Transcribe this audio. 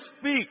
speak